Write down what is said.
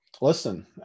listen